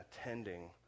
attending